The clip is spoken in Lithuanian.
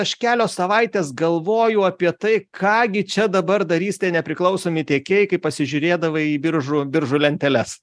aš kelios savaitės galvojau apie tai ką gi čia dabar darys tie nepriklausomi tiekėjai kai pasižiūrėdavai į biržų biržų lenteles